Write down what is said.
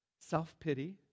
self-pity